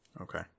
Okay